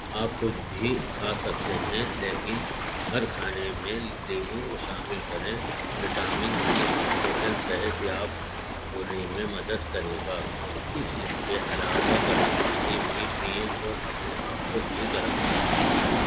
آپ کچھ بھی کھا سکتے ہیں لیکن ہر کھانے میں لیموں کو شامل کریں وٹامن سی آپ کو جلد صحت یاب ہونے میں مدد کرے گا اس کے علاوہ گرم پانی بھی پئیں اور اپنے آپ کو بھی گرم رکھیں